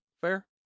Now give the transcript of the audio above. Fair